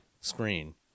screen